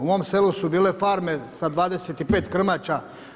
U mom selu su bile farme sa 25 krmača.